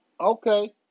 Okay